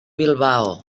bilbao